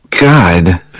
God